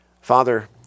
Father